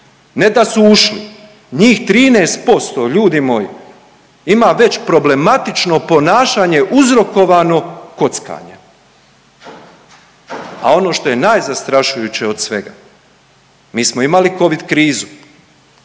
Ne da su ušli, njih 13% ljudi moji ima već problematično ponašanje uzrokovano kockanjem. A ono što je najzastrašujuće od svega, mi smo imali Covid krizu,